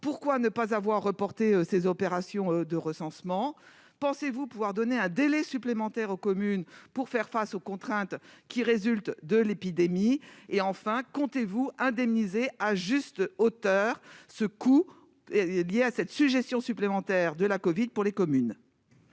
pourquoi ne pas avoir reporté ces opérations de recensement, pensez-vous pouvoir donner un délai supplémentaire aux communes pour faire face aux contraintes qui résulte de l'épidémie et enfin, comptez-vous indemnisées à juste hauteur ce coût lié à cette suggestion supplémentaire de la Covid pour les communes.